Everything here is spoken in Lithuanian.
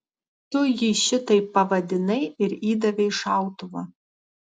tu jį šitaip pavadinai ir įdavei šautuvą